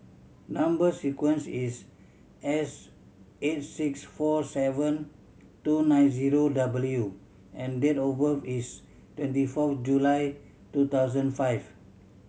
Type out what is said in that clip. number sequence is S eight six four seven two nine zero W and date of birth is twenty fourth July two thousand five